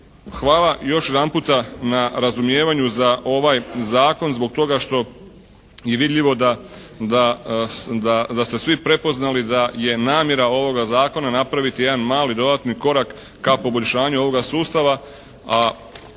Hvala još jedanputa na razumijevanju za ovaj zakon zbog toga što je vidljivo da ste svi prepoznali da je namjera ovoga zakona napraviti jedan mali dodatni korak ka poboljšanju ovoga sustava,